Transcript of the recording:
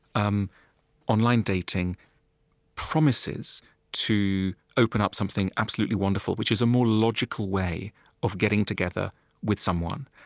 um online dating promises to open up something absolutely wonderful, which is a more logical way of getting together with someone.